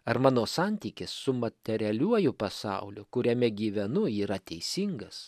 ar mano santykis su materialiuoju pasauliu kuriame gyvenu yra teisingas